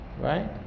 Right